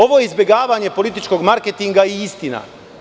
Ovo je izbegavanje političkog marketinga i istina.